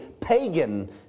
pagan